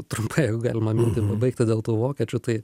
trumpai jeigu galima mintį pabaigti dėl tų vokiečių tai